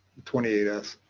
twenty eight s.